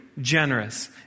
generous